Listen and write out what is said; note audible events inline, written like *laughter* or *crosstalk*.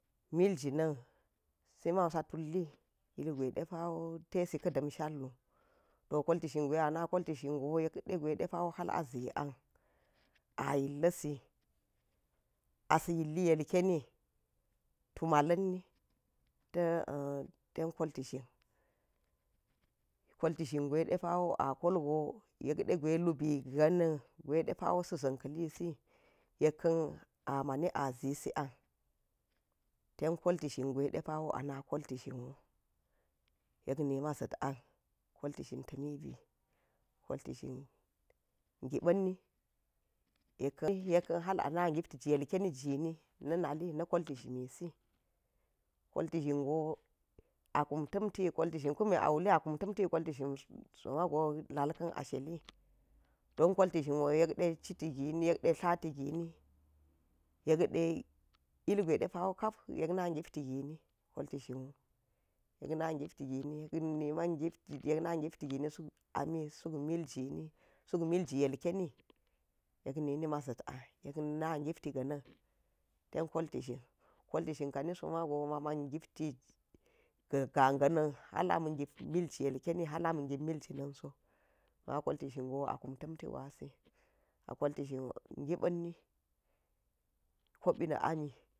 Miljina̱n sima̱u sa̱ tullik ilgwai da̱pa̱wo tesi ka̱ ɗamsha̱llu, to kolti shin gwaiɗe ana̱ koltishingo yekde gwi depa̱wo har a zian, a yillasi asa yilli yilkeni tumalanni ta̱ *hesitation* ten kolti shin, koltishin gwai depawo a kolgo yekɗe gwa̱i lubi ga̱na̱n gwa̱iɗe pa̱wo sa̱ za̱n ka̱lisi yekkan a ma̱ni a zisi an, ten kolti shingwai depsana̱ kolti shinwu, yeknima za̱t an koltishin ta̱mi bi. Koltishin giba̱n nni. Yekka̱n yekkan ha̱r ana̱ giptij nkeni jini na̱ ṉali na̱ koltishin misi kolti shingo akum tamti koltishin kune a wule akum ta̱mti kotti shin so ma̱go la̱lka̱n a sheli don kolti shinwo yekɗe citi gini yekɗe dlati gini, yekɗe ilgwai ɗepa̱wo ka̱p yekna̱ sipti gini kolti shinwu yekna̱ gipti gawu yeknima̱ gipti yekna̱ gipti girn suk ami suk miljni suk milji yilkeni, yek nini ma̱ za̱t an yekna̱ gipti ganan, ten kolti shin kolti shin kani so mago mama̱n gipti ga̱ ga̱ ga̱na̱n ha̱r ama̱ gip milji ilkeni har ama̱ gip milji na̱n so ba̱ kolti shingo akum tamti gwasi, a kolti shi wo gipa̱nni. Kopi na̱ ami.